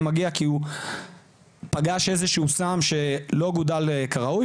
הם מגיעים כי הם פגשו איזשהו סם שלא גודל כראוי